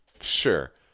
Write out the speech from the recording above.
sure